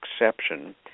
exception